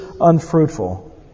unfruitful